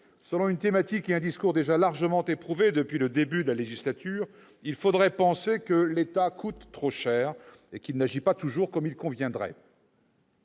selon une thématique et un discours déjà largement éprouvés depuis le début de la législature, il faudrait penser que l'État coûte trop cher et qu'il n'agit pas toujours comme il conviendrait.